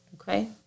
okay